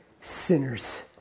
sinners